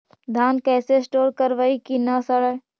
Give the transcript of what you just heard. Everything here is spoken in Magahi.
धान कैसे स्टोर करवई कि न सड़ै?